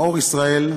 מאור ישראל,